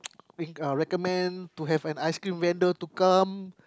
recommend to have an ice cream vendor to come